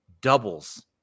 doubles